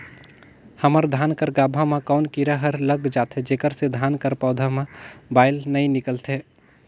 हमर धान कर गाभा म कौन कीरा हर लग जाथे जेकर से धान कर पौधा म बाएल नइ निकलथे?